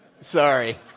Sorry